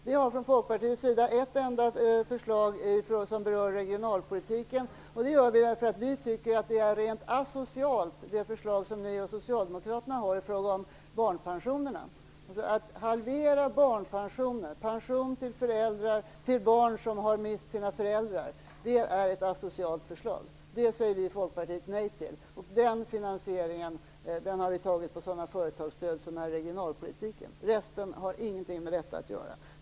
Vi har från folkpartiets sida ett enda förslag som berör regionalpolitiken därför att vi tycker att ert och socialdemokraternas förslag i fråga om barnpensionerna är asocialt. Att halvera barnpensioner, pension till barn som har mist sina föräldrar, är ett asocialt förslag. Det säger vi i folkpartiet nej till. Vår finansiering har vi gjort genom sådana företagsstöd som finns i regionalpolitiken. Resten har ingenting med detta att göra.